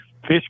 fish